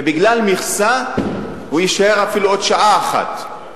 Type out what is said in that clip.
ובגלל מכסה הוא יישאר אפילו עוד שעה אחת,